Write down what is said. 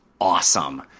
awesome